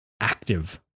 active